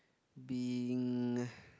being